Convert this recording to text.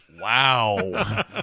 Wow